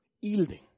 yielding